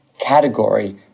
category